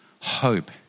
hope